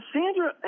Sandra